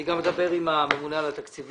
אני גם אדבר עם הממונה על התקציבים.